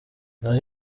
naho